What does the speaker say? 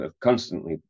constantly